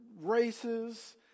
races